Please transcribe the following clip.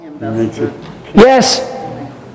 yes